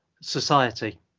Society